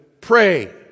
pray